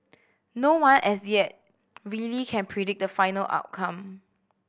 no one as yet really can predict the final outcome